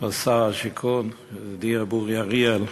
שר השיכון, ידידי ר' אורי אריאל,